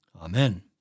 Amen